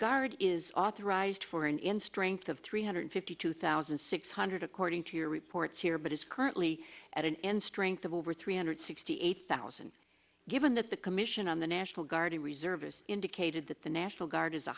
guard is authorized for an in strength of three hundred fifty two thousand six hundred according to your reports here but is currently at an end strength of over three hundred sixty eight thousand given that the commission on the national guard and reserve has indicated that the national guard is a